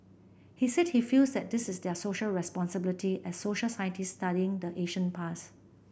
he said he feels that this is their Social Responsibility as social scientists studying the ancient past